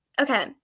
okay